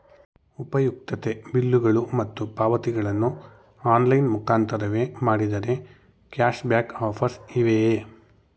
ಉಪಯುಕ್ತತೆ ಬಿಲ್ಲುಗಳು ಮತ್ತು ಪಾವತಿಗಳನ್ನು ಆನ್ಲೈನ್ ಮುಖಾಂತರವೇ ಮಾಡಿದರೆ ಕ್ಯಾಶ್ ಬ್ಯಾಕ್ ಆಫರ್ಸ್ ಇವೆಯೇ?